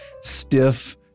stiff